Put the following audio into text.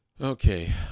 Okay